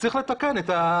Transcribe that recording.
אז צריך לתקן את התקנות.